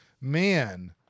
Man